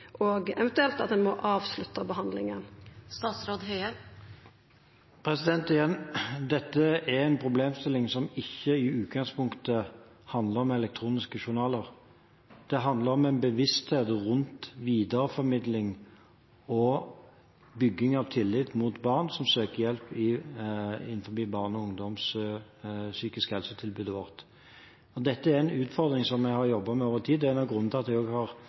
og eventuelt at ein må avslutta behandlinga? Igjen: Dette er en problemstilling som ikke i utgangspunktet handler om elektroniske journaler. Det handler om en bevissthet rundt videreformidling og bygging av tillit overfor barn som søker hjelp innenfor vårt psykisk helse-tilbud til barn og ungdom. Dette er en utfordring som vi har jobbet med over tid. Det er også en av grunnene til at vi har